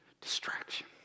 Distraction